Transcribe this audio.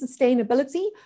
sustainability